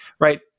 right